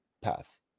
path